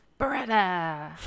Beretta